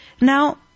Now